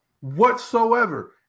whatsoever